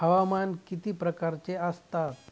हवामान किती प्रकारचे असतात?